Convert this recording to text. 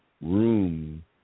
room